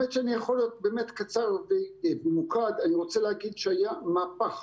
אני רוצה לומר שהיה מהפך